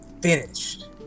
finished